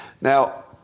Now